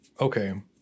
okay